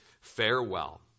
Farewell